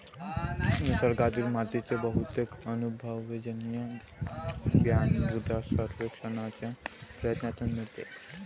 निसर्गातील मातीचे बहुतेक अनुभवजन्य ज्ञान मृदा सर्वेक्षणाच्या प्रयत्नांतून मिळते